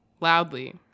loudly